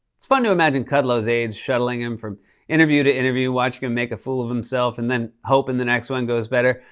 it's fun to imagine kudlow's aides shuttling in from interview to interview watching him make a fool of himself and then hoping the next one goes better.